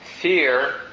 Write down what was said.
fear